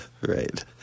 Right